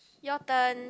your turn